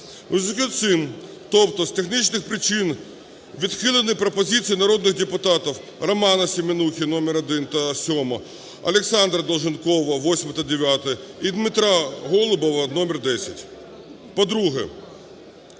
з цим, тобто з технічних причин, відхилені пропозиції народних депутатів: Романа Семенухи номер 1 та 7-а, Олександра Долженкова 8-а та 9-а і Дмитра Голубова номер 10.